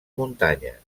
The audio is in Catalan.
muntanyes